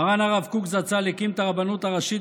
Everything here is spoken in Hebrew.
מרן הרב קוק זצ"ל הקים את הרבנות הראשית